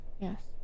yes